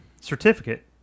certificate